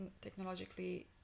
technologically